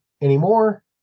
anymore